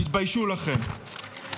תתביישו לכם.